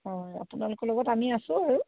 হয় আপোনালোকৰ লগত আমি আছো আৰু